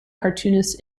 cartoonists